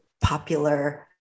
popular